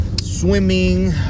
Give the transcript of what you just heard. swimming